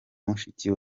mushiki